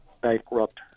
bankrupt